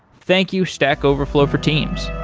thank you stack overflow for teams